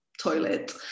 toilet